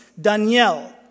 Danielle